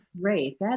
great